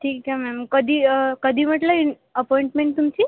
ठीक आहे मॅम कधी कधी म्हटलं इन अपॉईंटमेंट तुमची